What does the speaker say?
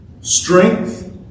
Strength